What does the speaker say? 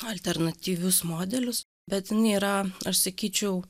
alternatyvius modelius bet jinai yra aš sakyčiau